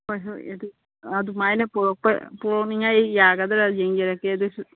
ꯍꯣꯏ ꯍꯣꯏ ꯑꯗꯨ ꯑꯗꯨꯃꯥꯏꯅ ꯄꯨꯔꯛꯄ ꯄꯨꯔꯛꯅꯤꯡꯉꯥꯏ ꯌꯥꯒꯗ꯭ꯔ ꯌꯦꯡꯖꯔꯛꯀꯦ ꯑꯗꯨꯁꯨ